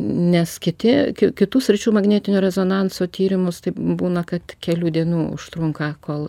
nes kiti kitų sričių magnetinio rezonanso tyrimus tai būna kad kelių dienų užtrunka kol